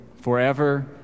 forever